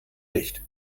nicht